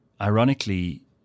Ironically